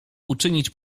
uczynić